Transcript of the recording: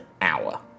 hour